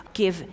give